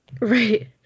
Right